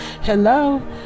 hello